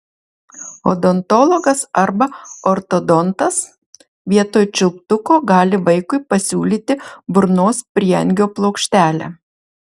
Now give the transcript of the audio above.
odontologas arba ortodontas vietoj čiulptuko gali vaikui pasiūlyti burnos prieangio plokštelę